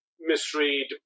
misread